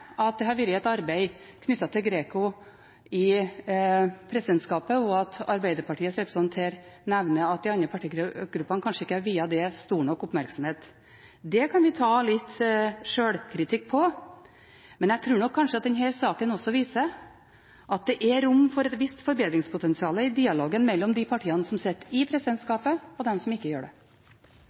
at det har vært et arbeid knyttet til GRECO i presidentskapet, og at Arbeiderpartiets representant her nevner at de andre partigruppene kanskje ikke har viet det stor nok oppmerksomhet. Det kan vi ta litt sjølkritikk på. Men jeg tror nok kanskje denne saken også viser at det er rom for et visst forbedringspotensial i dialogen mellom de partiene som sitter i presidentskapet, og de som ikke gjør det.